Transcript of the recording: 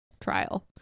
trial